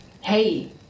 Hey